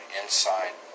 inside